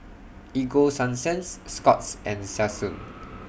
Ego Sunsense Scott's and Selsun